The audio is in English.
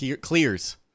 Clears